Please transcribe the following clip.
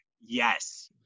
yes